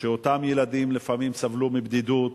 שאותם ילדים לפעמים סבלו מבדידות